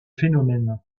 phénomène